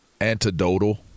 antidotal